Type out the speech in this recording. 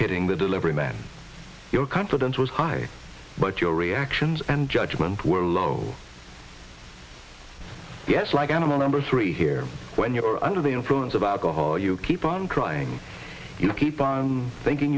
hitting the delivery man your confidence was high but your reactions and judgment were low yes like animal number three here when you're under the influence of alcohol you keep on trying you keep on thinking